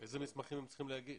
איזה מסמכים הם צריכים להגיש?